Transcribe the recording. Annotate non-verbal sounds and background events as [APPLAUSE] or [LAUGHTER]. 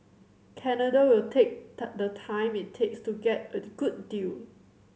Canada will take [UNINTELLIGIBLE] the time it takes to get a good deal